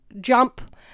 jump